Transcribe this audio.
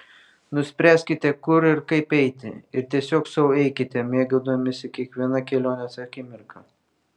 nuspręskite kur ir kaip eiti ir tiesiog sau eikite mėgaudamiesi kiekviena kelionės akimirka